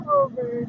over